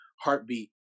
heartbeat